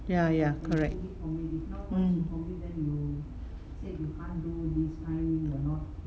ya ya correct mm